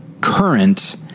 current